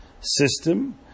system